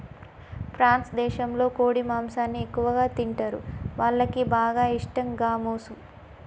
France దేశంలో కోడి మాంసాన్ని ఎక్కువగా తింటరు, వాళ్లకి బాగా ఇష్టం గామోసు